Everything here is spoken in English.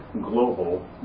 global